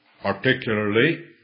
particularly